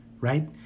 right